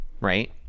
Right